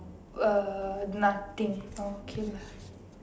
uh nothing okay lah